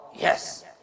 Yes